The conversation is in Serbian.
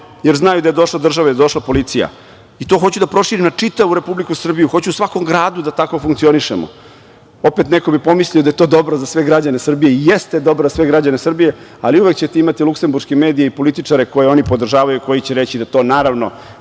jer znaju da je došla država i da je došla policija i to hoću da proširim na čitavu Republiku Srbiju, hoću u svakom gradu da tako funkcionišemo. Opet, neko bi pomislio da je to dobro za sve građane Srbije i jeste dobro za sve građane Srbije, ali uvek ćete imati luksemburške medije i političare koje oni podržavaju i koji će reći da to naravno